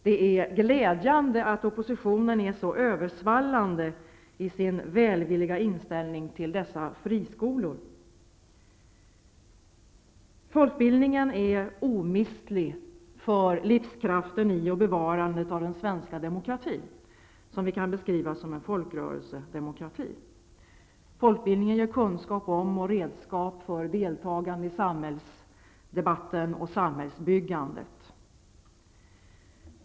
Det är glädjande att oppositionen är så översvallande i sin välvilliga inställning till dessa friskolor. Folkbildningen är omistlig för livskraften i och bevarandet av den svenska demokratin, som vi kan beskriva som en folkrörelsedemokrati. Folkbildningen ger kunskap om och redskap för deltagande i samhällsdebatten och samhällsbyggandet.